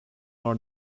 our